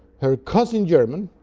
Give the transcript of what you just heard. her cousin-german,